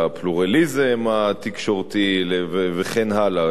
לפלורליזם התקשורתי וכן הלאה.